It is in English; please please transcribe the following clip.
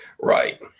right